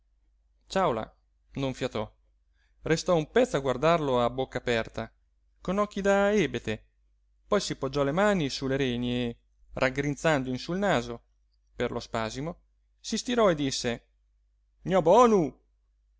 cjàula non fiatò restò un pezzo a guardarlo a bocca aperta con occhi da ebete poi si poggiò le mani su le reni e raggrinzando in sú il naso per lo spasimo si stirò e disse gna bonu va